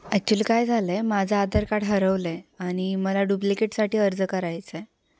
actually काय झालं आहे माझं आधार कार्ड हरवलं आहे आणि मला डुप्लिकेटसाठी अर्ज करायचा आहे